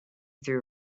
through